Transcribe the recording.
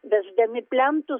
vesdami plentu